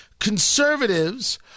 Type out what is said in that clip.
conservatives